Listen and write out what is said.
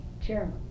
chairman